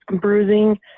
bruising